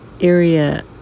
area